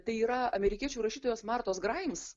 tai yra amerikiečių rašytojos martos graims